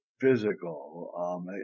physical